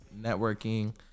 networking